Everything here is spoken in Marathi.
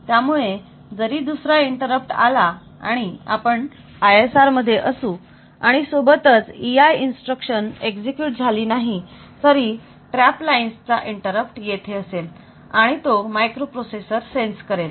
त्यामुळे जरी दुसरा इंटरप्ट आला आणि आपण ISR मध्ये असू आणि सोबतच EI इन्स्ट्रक्शन एक्झिक्युट झाली नाही तरी TRAP लाईन्स चा इंटरप्ट तेथे असेल आणि तो मायक्रोप्रोसेसर सेन्स करेल